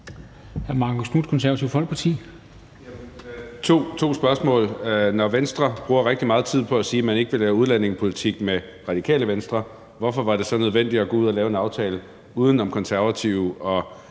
to spørgsmål. Når Venstre bruger rigtig meget tid på at sige, at man ikke vil lave udlændingepolitik med Radikale Venstre, hvorfor var det så nødvendigt at gå ud og lave en aftale uden om Konservative og